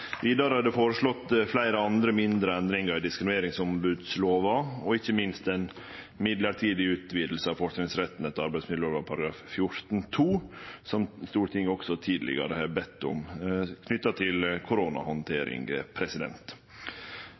Vidare er det føreslått fleire andre mindre endringar i diskrimineringsombodslova, og ikkje minst ei mellombels utviding av fortrinnsretten etter arbeidsmiljølova § 14-2, som Stortinget også tidlegare har bedt om knytt til koronahandtering.